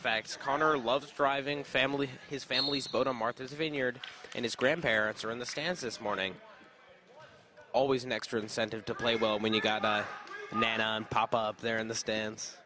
facts connor loves driving family his family's boat on martha's vineyard and his grandparents are in the stands this morning always an extra incentive to play well when you've got a man pop up there in the stands